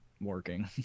working